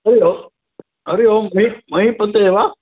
hello हरिः ओं महि महीपते वा